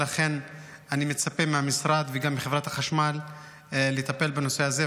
ולכן אני מצפה מהמשרד וגם מחברת החשמל לטפל בנושא הזה,